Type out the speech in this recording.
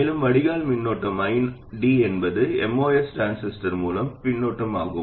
மேலும் வடிகால் மின்னோட்டம் ID என்பது MOS டிரான்சிஸ்டர் மூலம் மின்னோட்டமாகும்